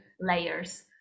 layers